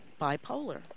bipolar